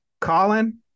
Colin